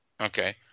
Okay